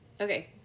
Okay